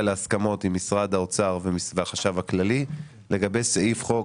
להסכמות עם משרד האוצר והחשב הכללי לגבי סעיף חוק,